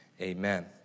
amen